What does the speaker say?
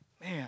man